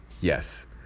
Yes